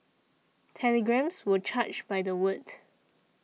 telegrams were charged by the word